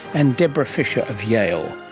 and debra fischer of yale.